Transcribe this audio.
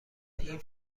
این